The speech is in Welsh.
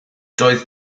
doedd